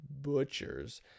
butchers